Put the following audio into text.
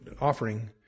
offering